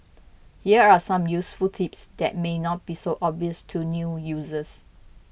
here are some useful tips that may not be so obvious to new users